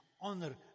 honor